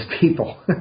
people